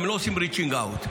לא עושים reaching out,